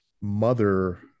mother